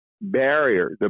barrier